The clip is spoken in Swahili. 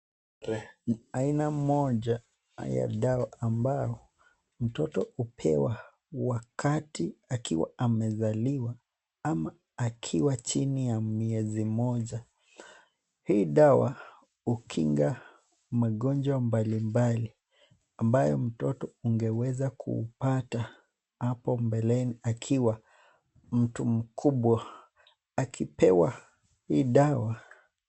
Aina moja ya dawa ambayo mtoto hupewa wakati akiwa amezaliwa ama akiwa chini ya mwezi moja. Hii dawa hukinga magonjwa mbalimbali ambayo mtoto ungeweza kuupata hapo mbeleni akiwa mtu mkubwa. Akipewa hii dawa